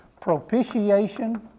propitiation